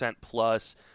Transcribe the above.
plus